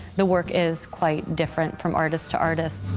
the work is quite different from artist to artist.